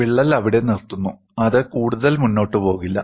വിള്ളൽ അവിടെ നിർത്തുന്നു അത് കൂടുതൽ മുന്നോട്ട് പോകില്ല